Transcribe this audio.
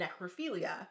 necrophilia